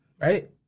right